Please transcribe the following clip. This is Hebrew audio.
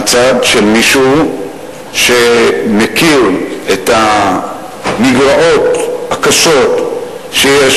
מהצד של מישהו שמכיר את המגרעות הקשות שיש